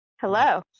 Hello